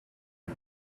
and